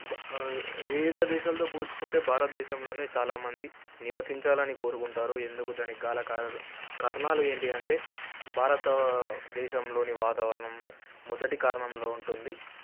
వివిధ దేశాలతో పోల్చుకుంటే భారతదేశంలోనే చాలామంది నివసించాలని కోరుకుంటారు ఎందుకు దానికి గల కారణ కారణాలు ఏంటి అంటే భారతదేశంలోని వాతావరణం మొదటి కారణంలో ఉంటుంది